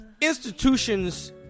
institutions